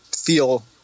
feel